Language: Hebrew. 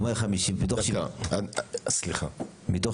- מתוך